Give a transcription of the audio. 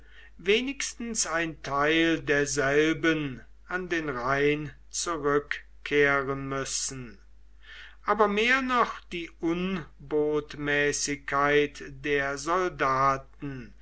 wenigstens ein teil derselben an den rhein zurückkehren müssen aber mehr noch die unbotmäßigkeit der soldaten